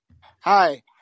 Hi